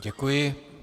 Děkuji.